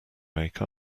make